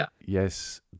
yes